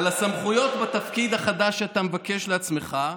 על הסמכויות בתפקיד החדש שאתה מבקש לעצמך,